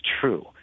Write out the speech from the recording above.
true